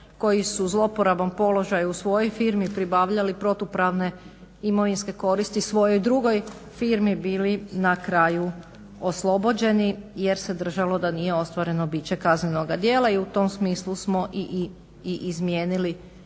koji su zloporabom položaja u svojoj firmi pribavljali protupravne imovinske koristi svojoj drugoj firmi bili na kraju oslobođeni jer se držalo da nije ostvareno biće kaznenog djela i u tom smislu smo i izmijenili